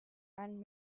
and